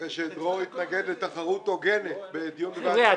אחרי שדרור התנגד לתחרות הוגנת בדיון בוועדת --- חבר'ה,